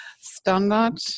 standard